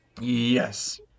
Yes